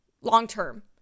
long-term